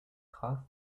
traces